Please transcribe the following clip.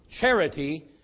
charity